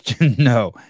No